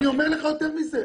אני אומר לך יותר מזה,